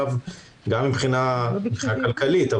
גם מבחינה כלכלית.